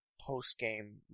post-game